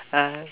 uh